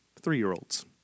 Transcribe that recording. three-year-olds